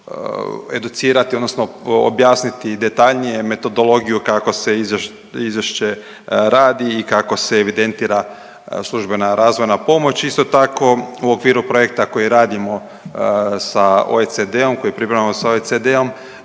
educirati odnosno objasniti detaljnije metodologiju kako se izvješće radi i kako se evidentira službena razvojna pomoć. Isto tako u okviru projekta koji radimo sa OECD-om, koji pripremao s OECD-om